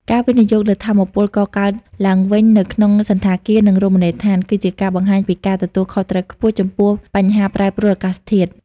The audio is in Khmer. ការវិនិយោគលើថាមពលកកើតឡើងវិញនៅក្នុងសណ្ឋាគារ និងរមណីយដ្ឋាន គឺជាការបង្ហាញពីការទទួលខុសត្រូវខ្ពស់ចំពោះបញ្ហាប្រែប្រួលអាកាសធាតុ។